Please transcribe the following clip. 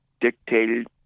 dictated